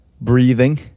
breathing